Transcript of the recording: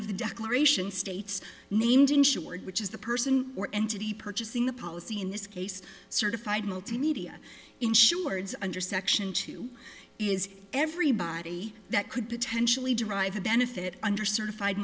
of the declaration states named insured which is the person or entity purchasing the policy in this case certified multimedia insureds under section two is everybody that could potentially derive benefit under certified